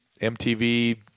MTV